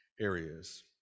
areas